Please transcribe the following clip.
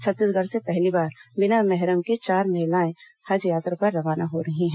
छत्तीसगढ़ से पहली बार बिना मेहरम के चार महिलाएं हज यात्रा पर रवाना हो रही हैं